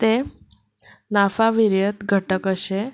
ते नाफा विरयत घटक अशें